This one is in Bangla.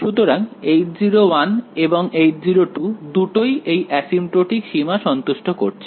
সুতরাং H0 এবং H0 দুটোই এই এসিম্পটোটিক সীমা সন্তুষ্ট করছে